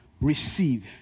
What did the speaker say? receive